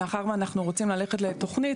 מאחר ואנחנו רוצים ללכת לתכנית,